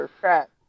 Crap